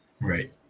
right